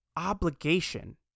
obligation